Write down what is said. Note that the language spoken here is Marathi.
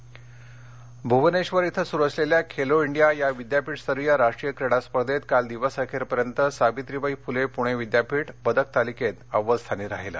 खेलो इंडिया भूवनेक्षर इथं सुरु असलेल्या खेलो इंडिया या विद्यापीठ स्तरीय राष्ट्रीय क्रीडा स्पर्धेत काल दिवसअखेरपर्यंत सावित्रीबाई फुले पुणे विद्यापीठ पदक तालिकेत अव्वल स्थानी राहिलं